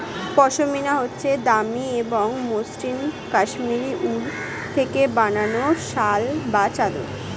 পশমিনা হচ্ছে দামি এবং মসৃন কাশ্মীরি উল থেকে বানানো শাল বা চাদর